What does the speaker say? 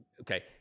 Okay